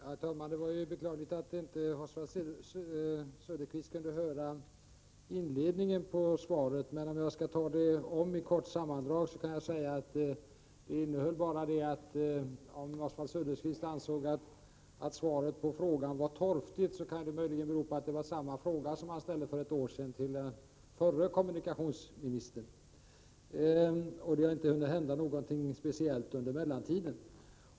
Herr talman! Det var beklagligt att Oswald Söderqvist inte kunde höra inledningen av mitt anförande. Jag kan dock göra ett kort sammandrag och jag vill då säga följande: Om Oswald Söderqvist ansåg att svaret på frågan var torftigt, kan det möjligen bero på att Oswald Söderqvist ställde samma fråga för ett år sedan till den förre kommunikationsministern. Under den tid som gått sedan dess har det inte hunnit hända någonting speciellt i denna fråga.